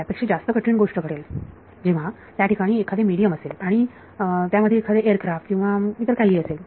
त्यापेक्षा जास्त कठीण गोष्ट घडेल जेव्हा त्या ठिकाणी एखादे मिडीयम असेल आणि त्यामध्ये एखादे एअरक्राफ्ट किंवा काहीही असेल